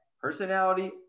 personality